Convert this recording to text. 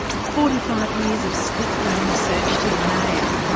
forty-five years of split-brain research to your name,